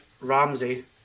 Ramsey